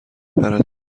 پرد